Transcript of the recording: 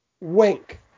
wink